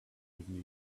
even